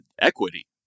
equity